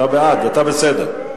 אתה בעד, אתה בסדר.